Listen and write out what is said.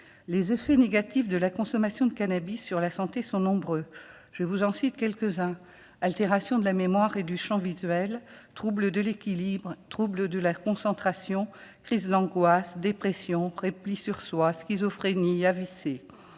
Les effets négatifs de sa consommation sur la santé sont nombreux. En voici quelques-uns : altération de la mémoire et du champ visuel, troubles de l'équilibre, troubles de la concentration, crises d'angoisse, dépression, repli sur soi, schizophrénie, AVC, etc.